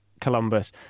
Columbus